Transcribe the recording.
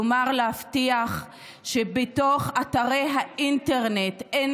כלומר להבטיח שבתוך אתרי האינטרנט אין